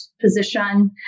position